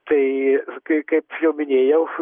tai kai kaip jau minėjau